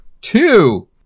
Two